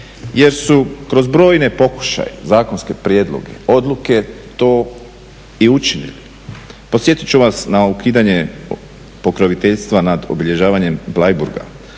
jer su kroz brojne pokušaje, zakonske prijedloge, odluke to i učinili. Podsjetiti ću vas na ukidanje pokroviteljstva nad obilježavanjem Bleiburga,